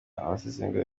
abasesengura